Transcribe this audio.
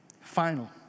Final